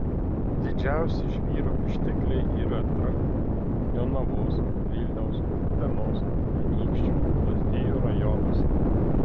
didžiausi žvyro ištekliai yra trakų jonavos vilniaus utenos anykščių lazdijų rajonuose